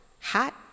hot